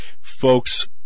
folks